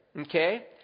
Okay